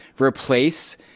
replace